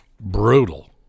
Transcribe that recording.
brutal